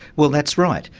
well, that's right,